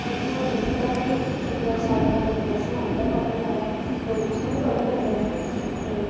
उ'त्थुआं T V उप्परा बी इक साइड उप्पर इक पोर्शन आई जंदा पढ़ने आह्ला लोग उ'त्थुआं बी पढ़ी लैंदे न ते